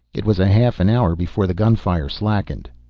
it was a half an hour before the gunfire slackened.